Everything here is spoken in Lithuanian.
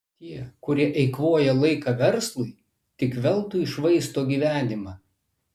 tie kurie eikvoja laiką verslui tik veltui švaisto gyvenimą